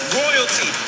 royalty